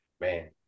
Man